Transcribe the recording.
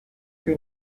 que